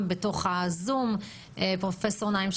בזום פרופ' נעים שחאדה.